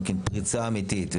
פריצה אמיתית.